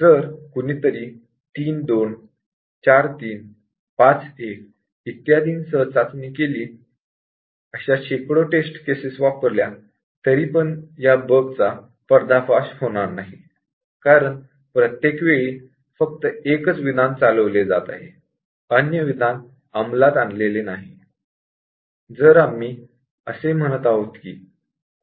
जर कुणीतरी 3 2 4 3 5 1 इत्यादी सह टेस्टिंग केली अशा शेकडो टेस्ट केसेस एक्झिक्युट केल्या तरीपण ही बग निदर्शनास येणार नाही कारण प्रत्येक वेळी फक्त एक स्टेटमेंट एक्झिक्युट होत आहे दुसरे स्टेटमेंट एक्झिक्युट झाले